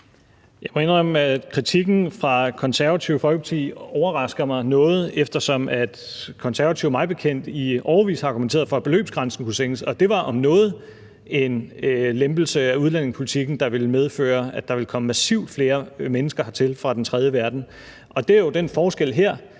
Jeg må indrømme, at kritikken fra Konservative Folkeparti overrasker mig noget, eftersom Konservative mig bekendt i årevis har argumenteret for, at beløbsgrænsen kunne sænkes, og det var om noget en lempelse af udlændingepolitikken, der ville medføre, at der ville komme massivt flere mennesker hertil fra den tredje verden. Der er jo den forskel her,